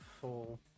full